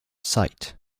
sight